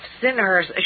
Sinners